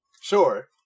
Sure